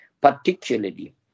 particularly